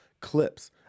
clips